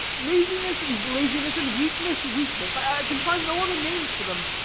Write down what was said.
laziness is laziness and weakness weakness. i can find no other names for them.